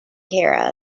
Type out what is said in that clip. care